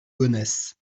gonesse